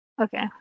Okay